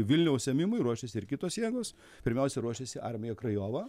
vilniaus ėmimui ruošėsi ir kitos jėgos pirmiausia ruošėsi armija krajova